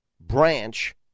branch